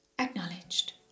Acknowledged